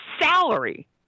salary